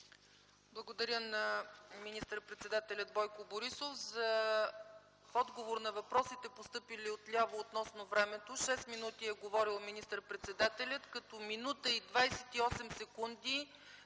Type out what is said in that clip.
Благодаря на министър-председателя Бойко Борисов. В отговор на въпросите, постъпили отляво относно времето, шест минути е говорил министър-председателят, като минута и двадесет и